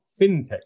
fintech